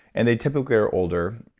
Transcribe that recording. and they typically are older.